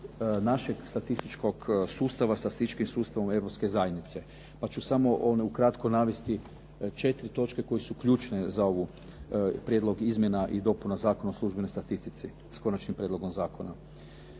našeg statističkog sustava sa statističkim sustavom Europske zajednice, pa ću samo ukratko navesti četiri točke koje su ključne za Prijedlog izmjena i dopuna Zakona o službenoj statistici, s konačnim prijedlogom zakona.